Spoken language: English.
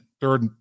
Third